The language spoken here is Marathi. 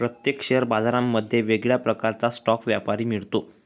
प्रत्येक शेअर बाजारांमध्ये वेगळ्या प्रकारचा स्टॉक व्यापारी मिळतो